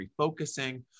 refocusing